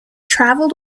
travelled